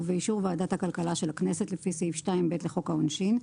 ובאישור ועדת הכלכלה של הכנסת לפי סעיף 2(ב) לחוק העונשין,